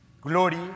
glory